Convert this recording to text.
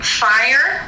fire